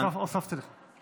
הינה, הוספתי לך.